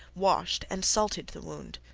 washed, and salted that wound.